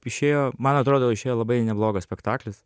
išėjo man atrodo išėjo labai neblogas spektaklis